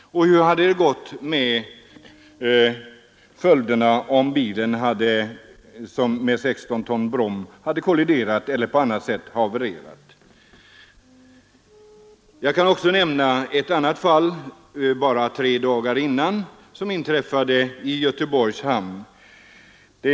Och vilka hade följderna blivit, om bilen med 16 ton brom hade kolliderat eller på annat sätt havererat? Jag kan också nämna ett annat fall, som inträffade bara tre dagar tidigare i Göteborgs hamn.